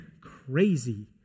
crazy